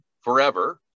forever